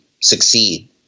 succeed